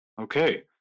Okay